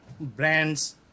brands